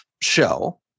show